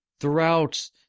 Throughout